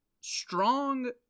strong